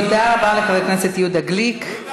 תודה רבה לחבר הכנסת יהודה גליק.